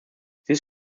this